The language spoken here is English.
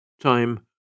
Time